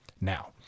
Now